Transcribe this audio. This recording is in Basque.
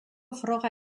froga